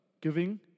giving